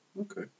Okay